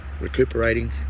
recuperating